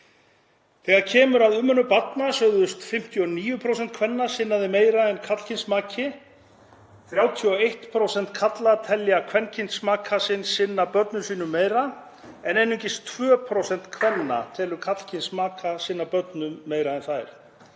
Þegar kemur að umönnun barna sögðust 59% kvenna sinna þeim meira en karlkyns maki. 31% karla telja kvenkyns maka sinn sinna börnum sínum meira en einungis 2% kvenna telja karlkyns maka sinna börnum meira en þær.